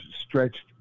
stretched